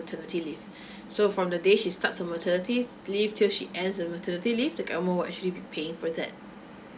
leave so from the day she starts her maternity leave till she ends the maternity leave the government will actually be paying for that